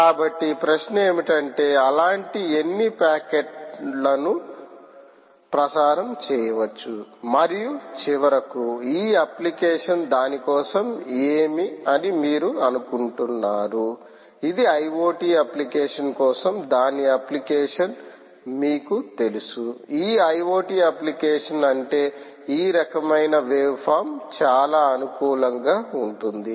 కాబట్టి ప్రశ్న ఏమిటంటే అలాంటి ఎన్ని ప్యాకెట్ల ను ప్రసారం చేయవచ్చు మరియు చివరకు ఈ అప్లికేషన్ దాని కోసం ఏమి అని మీరు అనుకుంటున్నారు ఈ IoT అప్లికేషన్ కోసం దాని అప్లికేషన్ మీకు తెలుసు ఐ ఓ టీ అప్లికేషన్ అంటే ఈ రకమైన వేవ్ ఫామ్ చాలా అనుకూలంగా ఉంటుంది